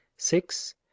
six